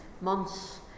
months